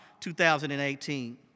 2018